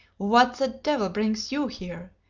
what the devil brings you here?